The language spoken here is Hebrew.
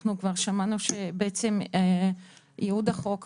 זה יכול להיות שאדם מקבל את הכסף ויעשה איתו מה שהוא רוצה,